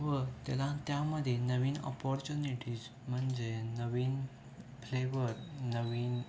व त्याला त्यामध्ये नवीन ऑपॉर्च्युनिटीज म्हणजे नवीन फ्लेवर नवीन